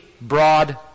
broad